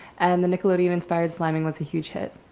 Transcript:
and the nickelodeon inspired slamming was a huge hit.